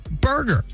burger